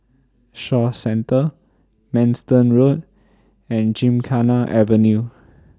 Shaw Centre Manston Road and Gymkhana Avenue